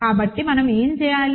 కాబట్టి మనం ఏమి చేయాలి